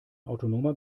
autonomer